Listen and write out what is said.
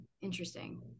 interesting